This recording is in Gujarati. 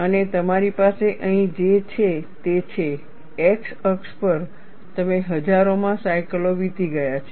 અને તમારી પાસે અહીં જે છે તે છે x અક્ષ પર તમે હજારોમાં સાયકલો વીતી ગયા છે